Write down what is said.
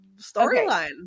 storyline